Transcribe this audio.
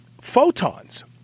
photons